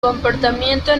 comportamiento